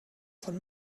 von